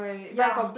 ya